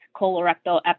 colorectal